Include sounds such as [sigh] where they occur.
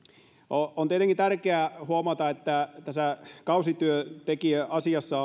on tietenkin tärkeää huomata että tässä kausityöntekijäasiassa [unintelligible]